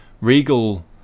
Regal